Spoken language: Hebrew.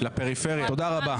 תודה רבה.